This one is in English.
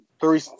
Three